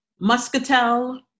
muscatel